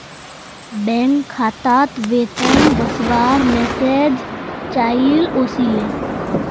bank खातात वेतन वस्वार मैसेज चाइल ओसीले